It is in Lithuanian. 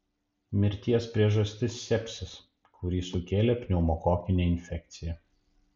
mirties priežastis sepsis kurį sukėlė pneumokokinė infekcija